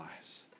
lives